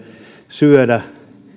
syödä